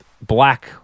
black